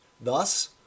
Thus